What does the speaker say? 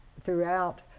throughout